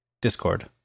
Discord